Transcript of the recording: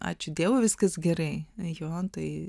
ačiū dievui viskas gerai jo tai